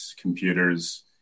computers